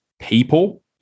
people